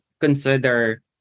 consider